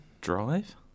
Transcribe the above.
Drive